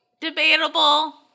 debatable